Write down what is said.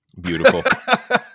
Beautiful